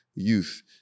Youth